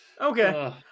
Okay